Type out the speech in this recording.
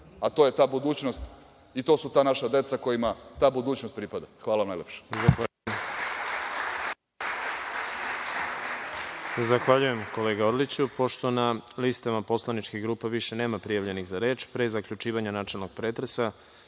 a to je ta budućnost i to su ta naša deca kojima ta budućnost pripada. Hvala najlepše.